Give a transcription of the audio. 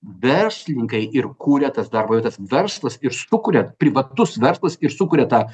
verslininkai ir kuria tas darbo vietas verslas ir sukuria privatus verslas ir sukuria tą